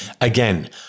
Again